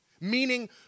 meaning